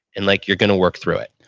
and like you're going to work through it.